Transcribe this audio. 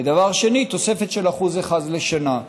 ודבר שני: תוספת של 1% לשנה.